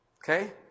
Okay